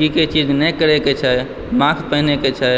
की की चीज नहि करय के छै मास्क पहिने के छै